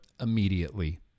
immediately